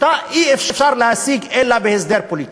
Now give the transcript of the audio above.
שאותה אי-אפשר להשיג אלא בהסדר פוליטי.